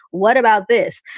what about this,